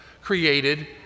created